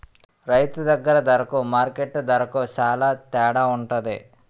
రైతు దగ్గర దరకు మార్కెట్టు దరకు సేల తేడవుంటది